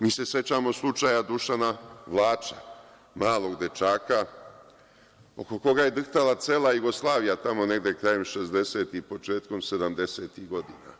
Mi se sećamo slučaja Dušana Vlača, malog dečaka oko koga je drhtala cela Jugoslavija tamo negde krajem šezdesetih i početkom sedamdesetih godina.